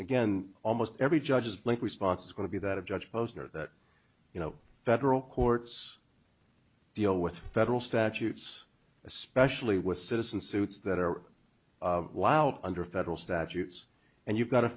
again almost every judge is like response is going to be that of judge posner that you know federal courts deal with federal statutes especially with citizen suits that are under federal statutes and you've got a